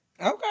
Okay